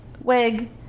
wig